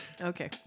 okay